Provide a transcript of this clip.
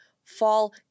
fall